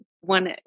one